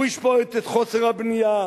הוא ישפוט את חוסר הבנייה,